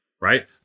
right